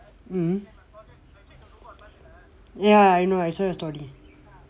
mmhmm ya I know I saw your story